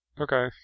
Okay